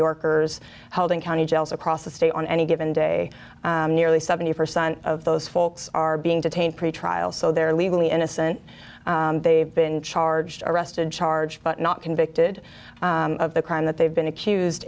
yorkers held in county jails across the state on any given day nearly seventy percent of those folks are being detained pretrial so they're legally innocent they've been charged or arrested charged but not convicted of the crime that they've been accused